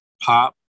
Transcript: pop